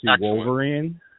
Wolverine